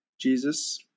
Jesus